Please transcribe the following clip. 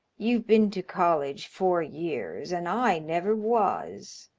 you've been to college four years and i never was,